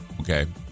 Okay